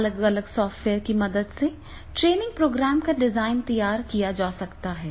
अलग अलग सॉफ्टवेयर्स की मदद से ट्रेनिंग प्रोग्राम का डिजाइन तैयार किया जा सकता है